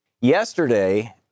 Yesterday